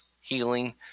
healing